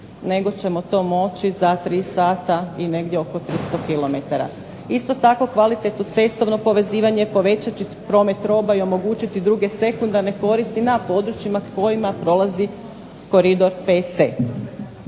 nego ćemo to moći za 3 sata i negdje oko 300 km. Isto tako kvalitetno cestovno povezivanje povećat će promet roba i omogućiti druge sekundarne koristi na područjima kojima prolazi Koridor VC.